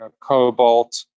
cobalt